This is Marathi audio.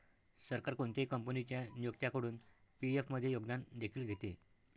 सरकार कोणत्याही कंपनीच्या नियोक्त्याकडून पी.एफ मध्ये योगदान देखील घेते